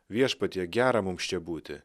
viešpatie gera mums čia būti